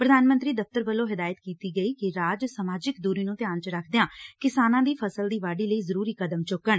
ਪ੍ਰਧਾਨ ਮੰਤਰੀ ਦਫ਼ਤਰ ਵੱਲੋਂ ਹਿਦਾਇਤ ਕੀਤੀ ਗਈ ਕਿ ਰਾਜ ਸਮਾਜਿਕ ਦੁਰੀ ਨੂੰ ਧਿਆਨ ਚ ਰਖਦਿਆਂ ਕਿਸਾਨਾਂ ਦੀ ਫਸਲ ਦੀ ਵਾਢੀ ਲਈ ਜ਼ਰੁਰੀ ਕਦਮ ਚੁੱਕਣ